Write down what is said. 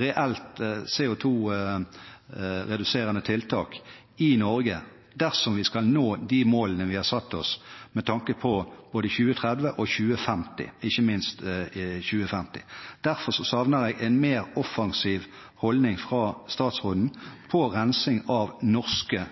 reelt CO2-reduserende tiltak i Norge dersom vi skal nå de målene vi har satt oss med tanke på både 2030 og 2050 – ikke minst 2050. Derfor savner jeg en mer offensiv holdning fra statsråden på rensing av norske